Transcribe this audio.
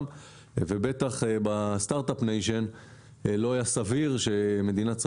ובטח בסטרטאפ ניישן לא היה סביר שמדינת ישראל